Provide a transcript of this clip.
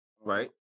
Right